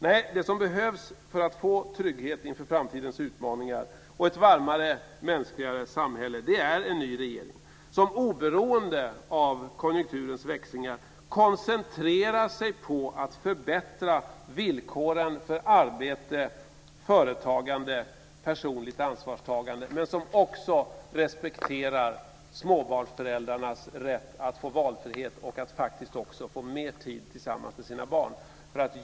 Nej, det som behövs för att få trygghet inför framtidens utmaningar och ett varmare, mänskligare samhälle är en ny regering, som oberoende av konjunkturens växlingar koncentrerar sig på att förbättra villkoren för arbete, företagande och personligt ansvarstagande, men som också respekterar småbarnsföräldrarnas rätt att få valfrihet och att faktiskt också få mer tid tillsammans med sina barn.